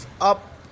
up